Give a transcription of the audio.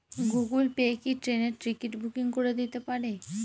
Google Pay কি ট্রেনের ticket booking করে দিতে পারে?